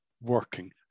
working